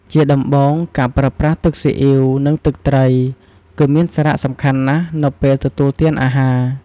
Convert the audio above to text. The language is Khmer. ជាដំបូង ការប្រើប្រាស់ទឹកស៊ីអ៊ីវ និងទឹកត្រី គឺមានសារៈសំខាន់ណាស់នៅពេលទទួលទានអាហារ។